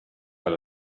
per